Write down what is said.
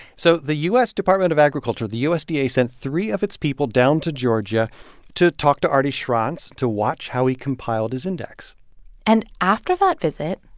so the u s. department of agriculture, the usda, sent three of its people down to georgia to talk to arty schronce to watch how he compiled his index and after that visit,